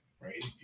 right